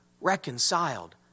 reconciled